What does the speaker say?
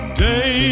day